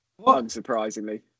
unsurprisingly